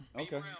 Okay